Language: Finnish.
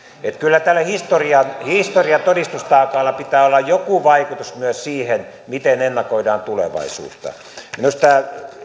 että kyllä tällä historian historian todistustaakalla pitää olla joku vaikutus myös siihen miten ennakoidaan tulevaisuutta on myös erittäin arvokasta että tämä